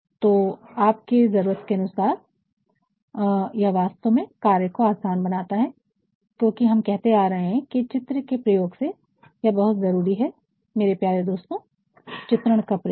तो आपके जरूरत के अनुसार यह वास्तव में कार्य को आसान बनाता है क्योंकि हम कहते आ रहे हैं कि चित्रण के प्रयोग से यह बहुत जरूरी है मेरे प्यारे दोस्तों चित्रण का प्रयोग